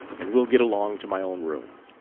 and we'll get along to my own room.